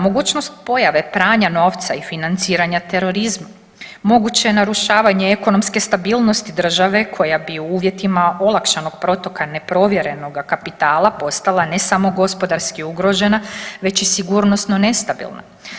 Mogućnost pojave pranja novca i financiranja terorizma, moguće je narušavanje ekonomske stabilnosti države koja bi u uvjetima olakšanog protoka neprovjerenoga kapitala postala ne samo gospodarski ugrožena već i sigurnosno nestabilna.